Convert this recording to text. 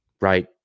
right